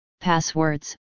passwords